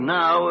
now